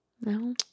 No